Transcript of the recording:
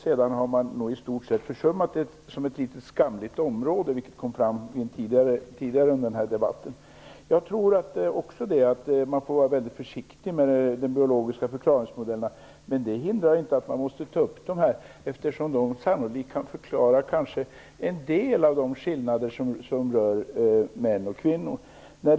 Sedan har man i stort sett försummat det biologiska som ett litet skamligt område, vilket har kommit fram tidigare under den här debatten. Jag tror att man får vara väldigt försiktig med de biologiska förklaringsmodellerna. Men det hindrar inte att man tar upp dem, eftersom de sannolikt kan förklara en del av de skillnader som finns mellan män och kvinnor.